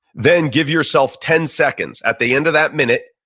then give yourself ten seconds at the end of that minute,